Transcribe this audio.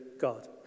God